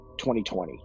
2020